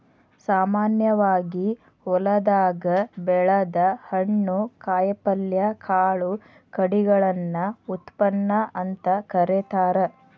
ಸಾಮಾನ್ಯವಾಗಿ ಹೊಲದಾಗ ಬೆಳದ ಹಣ್ಣು, ಕಾಯಪಲ್ಯ, ಕಾಳು ಕಡಿಗಳನ್ನ ಉತ್ಪನ್ನ ಅಂತ ಕರೇತಾರ